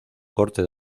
corte